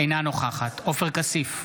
אינה נוכחת עופר כסיף,